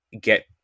get